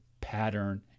pattern